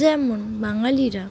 যেমন বাঙালিরা